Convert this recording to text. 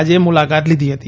આજે મુલાકાત લીધી હતી